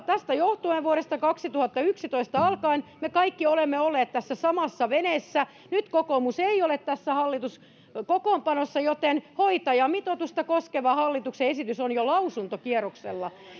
tästä johtuen vuodesta kaksituhattayksitoista alkaen me kaikki olemme olleet tässä samassa veneessä nyt kokoomus ei ole tässä hallituskokoonpanossa joten hoitajamitoitusta koskeva hallituksen esitys on jo lausuntokierroksella